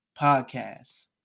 podcasts